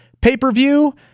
pay-per-view